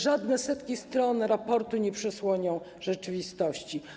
Żadne setki stron raportu nie przesłonią rzeczywistości.